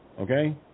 Okay